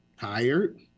tired